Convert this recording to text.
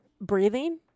breathing